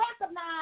recognize